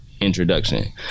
introduction